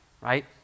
right